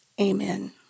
Amen